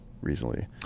recently